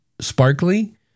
sparkly